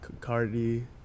Cardi